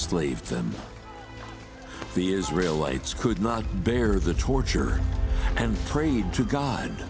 slaved them the israel lights could not bear the torture and prayed to god